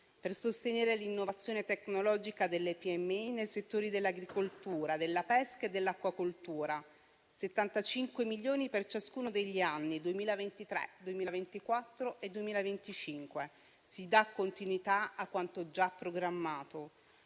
per sostenere l'innovazione tecnologica delle piccole e medie imprese nei settori dell'agricoltura, della pesca e dell'acquacoltura; 75 milioni per ciascuno degli anni 2023, 2024 e 2025. Si dà così continuità a quanto già programmato.